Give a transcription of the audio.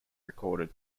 recorded